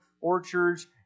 orchards